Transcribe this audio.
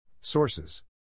Sources